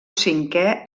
cinquè